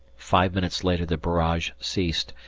five minutes later the barrage ceased,